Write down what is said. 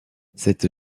cette